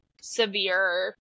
severe